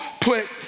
put